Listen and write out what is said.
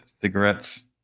cigarettes